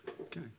okay